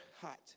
hot